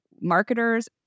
marketers